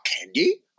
candy